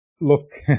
look